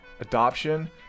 adoption